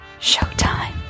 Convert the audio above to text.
Showtime